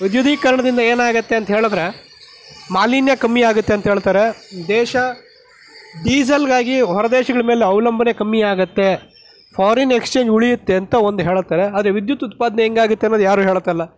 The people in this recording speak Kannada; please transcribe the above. ವಿದ್ಯುದೀಕರಣದಿಂದ ಏನಾಗತ್ತೆ ಅಂತ ಹೇಳಿದರೆ ಮಾಲಿನ್ಯ ಕಮ್ಮಿ ಆಗುತ್ತೆ ಅಂತ ಹೇಳ್ತಾರೆ ದೇಶ ಡೀಸೆಲ್ಗಾಗಿ ಹೊರ ದೇಶಗಳ ಮೇಲೆ ಅವಲಂಬನೆ ಕಮ್ಮಿ ಆಗತ್ತೆ ಫಾರಿನ್ ಎಕ್ಸ್ಚೇಂಜ್ ಉಳಿಯುತ್ತೆ ಅಂತ ಒಂದು ಹೇಳುತ್ತಾರೆ ಆದರೆ ವಿದ್ಯುತ್ ಉತ್ಪಾದನೆ ಹೇಗೆ ಆಗತ್ತೆ ಅಂತ ಯಾರೂ ಹೇಳ್ತಾಯಿಲ್ಲ